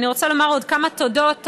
אני רוצה לומר עוד כמה תודות.